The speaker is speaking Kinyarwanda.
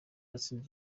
watsinze